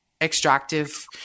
extractive